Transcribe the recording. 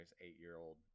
eight-year-old